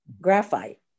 graphite